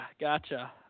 gotcha